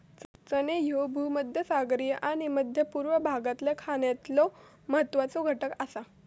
चणे ह्ये भूमध्यसागरीय आणि मध्य पूर्व भागातल्या खाण्यातलो महत्वाचो घटक आसा